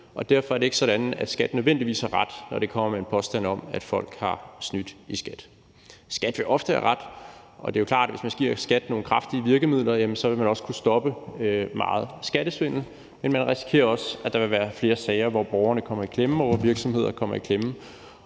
Derfor er det ikke sådan, at skattemyndighederne nødvendigvis har ret, når de kommer med en påstand om, at folk har snydt i skat. Skattemyndighederne vil ofte have ret, og det er klart, at hvis man giver skattemyndighederne nogle kraftige virkemidler, vil man også kunne stoppe meget skattesvindel, men man risikerer også, at der vil være flere sager, hvor borgerne kommer i klemme, og hvor virksomheder kommer i klemme.